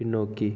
பின்னோக்கி